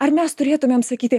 ar mes turėtumėm sakyti